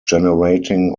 generating